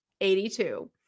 82